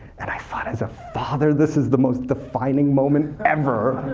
and i thought, as a father, this is the most defining moment ever.